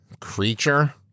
creature